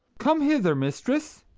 come hither, mistress.